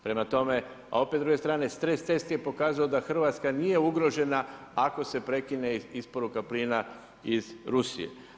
Prema tome, a opet s druge strane stres test je pokazao da Hrvatska nije ugrožena ako se prekine isporuka plina iz Rusije.